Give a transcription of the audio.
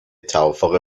توافق